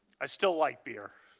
i still like beer.